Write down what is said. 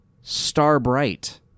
Starbright